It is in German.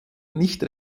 nicht